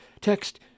text